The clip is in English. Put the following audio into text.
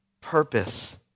purpose